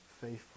faithful